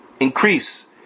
increase